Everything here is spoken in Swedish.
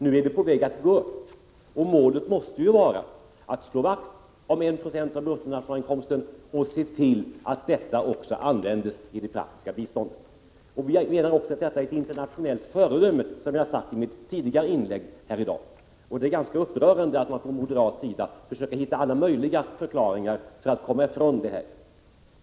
Nu är vi på väg att öka detta tal, och målet måste ju vara att slå vakt om 1 96 av bruttonationalinkomsten och se till att dessa pengar också används i det praktiska biståndet. Vi menar också att detta är ett internationellt föredöme, vilket jag har sagt i mitt tidigare inlägg i dag. Det är därför ganska upprörande att man från moderat sida försöker hitta alla möjliga förklaringar för att komma ifrån detta.